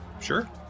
Sure